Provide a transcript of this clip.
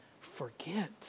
forget